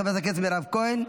חברת הכנסת מירב כהן,